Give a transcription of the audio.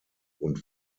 und